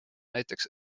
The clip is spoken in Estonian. näiteks